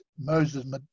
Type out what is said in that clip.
Moses